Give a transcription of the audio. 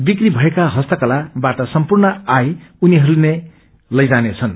बिक्री भएका हस्तकलाबाट सम्पूर्ण आय उनीहरूले नै लैजानेछन्